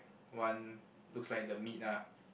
one looks like the meat ah